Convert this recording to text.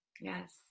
Yes